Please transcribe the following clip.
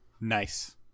Nice